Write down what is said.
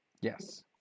yes